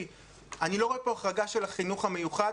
אני לא רואה פה החרגה של החינוך המיוחד,